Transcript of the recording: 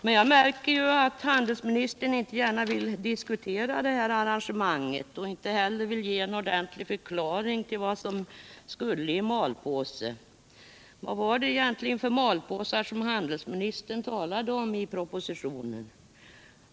Men jag märker att handelsministern inte gärna vill diskutera detta arrangemang och heller inte vill ge någon ordentlig förklaring till vad som skulle placeras i malpåse. Vad var det för malpåsar som handelsministern talade om i propositionen?